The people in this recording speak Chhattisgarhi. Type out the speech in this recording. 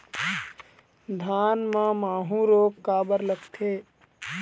धान म माहू रोग काबर लगथे?